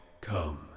Come